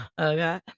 Okay